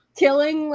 killing